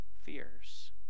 fears